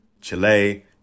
Chile